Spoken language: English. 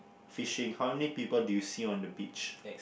fishing how many people do you see on the beach